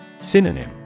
Synonym